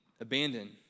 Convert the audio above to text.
abandoned